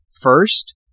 First